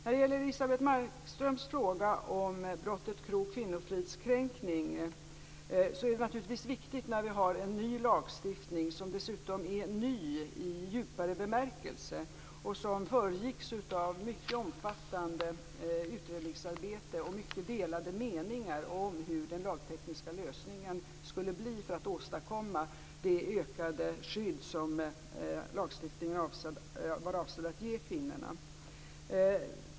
När det gäller Elisebeht Markströms fråga om brottet grov kvinnofridskränkning är det naturligtvis viktigt när vi har en ny lagstiftning som dessutom är ny i djupare bemärkelse och som föregicks av ett mycket omfattande utredningsarbete och många delade meningar om hur den lagtekniska lösningen skulle bli för att åstadkomma det ökade skydd som lagstiftningen var avsedd att ge kvinnorna att följa upp detta.